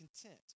content